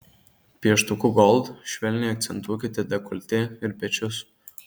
pieštuku gold švelniai akcentuokite dekoltė ir pečius